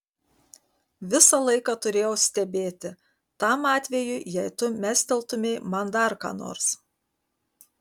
visą laiką turėjau stebėti tam atvejui jei tu mesteltumei man dar ką nors